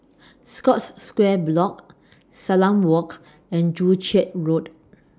Scotts Square Block Salam Walk and Joo Chiat Road